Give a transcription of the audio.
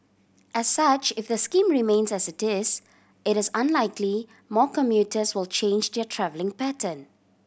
as such if the scheme remains as it is it is unlikely more commuters will change their travelling pattern